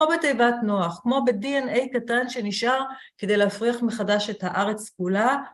או בתיבת נוח, כמו ב-DNA קטן שנשאר כדי להפריח מחדש את הארץ כולה.